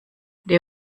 they